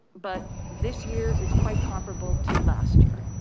but this year is quite comparable to last year.